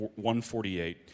148